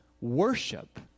worship